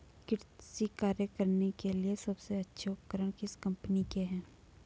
कृषि कार्य करने के लिए सबसे अच्छे उपकरण किस कंपनी के हैं?